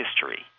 history